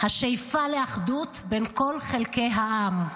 השאיפה לאחדות בין כל חלקי העם.